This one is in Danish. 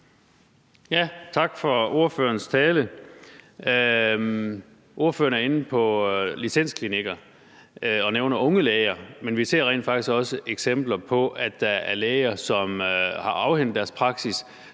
Tak for ordførerens tale. Ordføreren er inde på licensklinikker og nævner unge læger, men vi ser rent faktisk også eksempler på, at der er læger, som har afhændet deres praksis,